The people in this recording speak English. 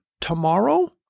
tomorrow